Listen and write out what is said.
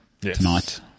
tonight